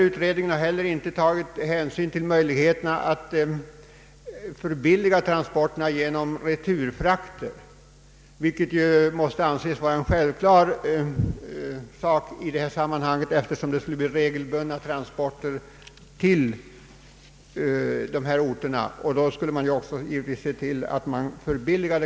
Utredningen har inte heller tagit hänsyn till möjligheterna att förbilliga transporterna genom returfrakter, vilket måste anses vara en självklar sak i detta sammanhang, eftersom det skulle bli regelbundna transporter till och från orten i fråga.